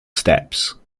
steps